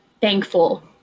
thankful